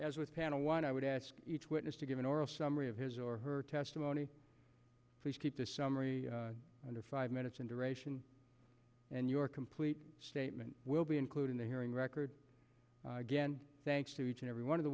as with panel one i would ask each witness to give an oral summary of his or her testimony please keep this summary under five minutes in duration and your complete statement will be including the hearing record again thanks to each and every one of the